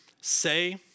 say